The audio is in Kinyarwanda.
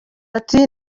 ati